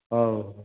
ହଉ